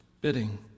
bidding